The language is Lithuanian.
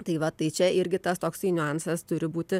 tai va tai čia irgi tas toksai niuansas turi būti